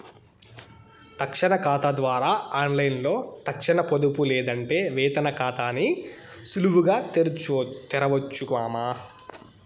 తక్షణ కాతా ద్వారా ఆన్లైన్లో తక్షణ పొదుపు లేదంటే వేతన కాతాని సులువుగా తెరవొచ్చు మామా